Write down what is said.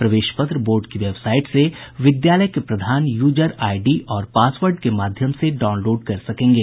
प्रवेश पत्र बोर्ड की वेबसाईट से विद्यालय के प्रधान यूजर आईडी और पासवर्ड के माध्यम से डाउनलोड कर सकेंगे